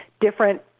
different